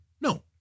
No